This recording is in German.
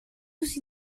sie